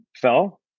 fell